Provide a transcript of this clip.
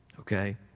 Okay